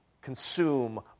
consume